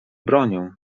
bronią